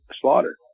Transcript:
slaughter